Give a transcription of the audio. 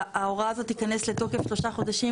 ההוראה הזאת תיכנס לתוקף שלושה חודשים,